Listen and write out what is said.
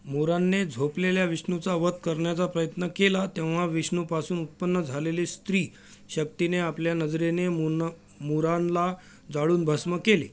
मुरानने झोपलेल्या विष्णूचा वध करण्याचा प्रयत्न केला तेव्हा विष्णूपासून उत्पन्न झालेली स्त्री शक्तीने आपल्या नजरेने मुन मुरानला जाळून भस्म केले